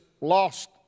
lost